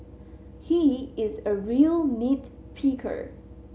he is a real nit picker